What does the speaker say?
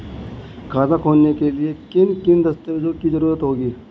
खाता खोलने के लिए किन किन दस्तावेजों की जरूरत होगी?